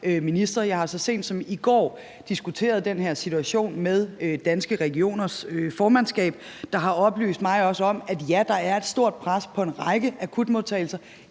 Jeg har så sent som i går diskuteret den her situation med Danske Regioners formandskab, der også har oplyst mig om, at ja, der er et stort pres på en række akutmodtagelser,